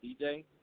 DJ